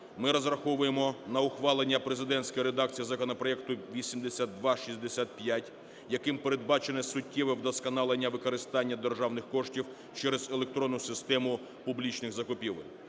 ми розраховуємо на ухвалення президентської редакції законопроекту 8265, яким передбачене суттєве вдосконалення використання державних коштів через електронну систему публічних закупівель.